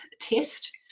test